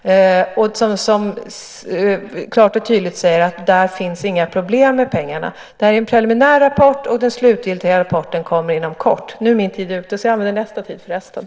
Man säger klart och tydligt att det inte finns några problem med pengarna. Det är en preliminär rapport. Den slutgiltiga rapporten kommer inom kort. Jag återkommer med det jag inte hunnit med.